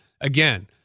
again